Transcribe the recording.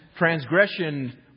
Transgression